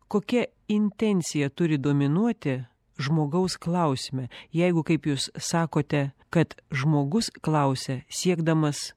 kokia intencija turi dominuoti žmogaus klausime jeigu kaip jūs sakote kad žmogus klausia siekdamas